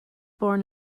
born